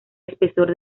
espesor